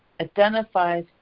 identifies